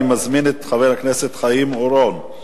אני מזמין את חבר הכנסת חיים אורון.